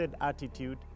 attitude